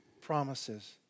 promises